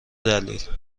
دلیل